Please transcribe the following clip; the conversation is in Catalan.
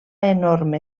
enorme